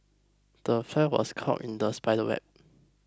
the fly was caught in the spider's web